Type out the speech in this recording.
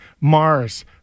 Mars